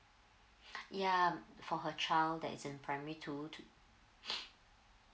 ya for her child that is in primary two too